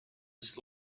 this